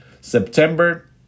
September